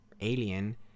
alien